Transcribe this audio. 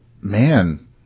Man